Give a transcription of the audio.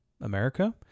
America